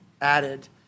added